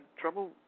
trouble